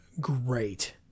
great